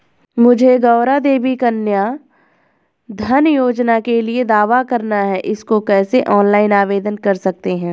मुझे गौरा देवी कन्या धन योजना के लिए दावा करना है इसको कैसे ऑनलाइन आवेदन कर सकते हैं?